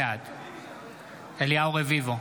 בעד אליהו רביבו,